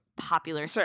popular